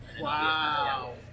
Wow